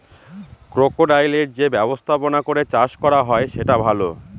ক্রোকোডাইলের যে ব্যবস্থাপনা করে চাষ করা হয় সেটা ভালো